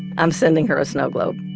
i'm sending her a snow globe